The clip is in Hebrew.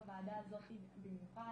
בוועדה הזאת במיוחד,